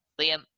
Liam